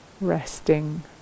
resting